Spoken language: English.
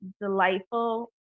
delightful